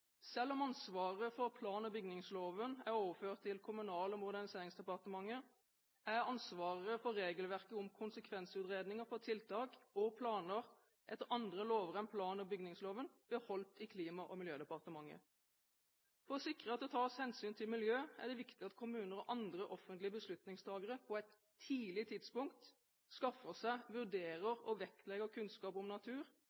Selv om ansvaret for plan- og bygningsloven er overført til Kommunal- og moderniseringsdepartementet, er ansvaret for regelverket om konsekvensutredninger for tiltak og planer etter andre lover enn plan- og bygningsloven beholdt i Klima- og miljødepartementet. For å sikre at det tas hensyn til miljø er det viktig at kommuner og andre offentlige beslutningstakere på et tidlig tidspunkt skaffer seg,